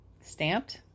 Stamped